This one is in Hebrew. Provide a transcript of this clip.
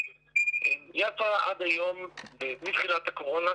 עד היום מתחילת הקורונה,